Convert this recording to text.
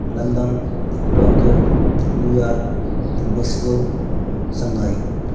London Tokyo New York Mexico Shanghai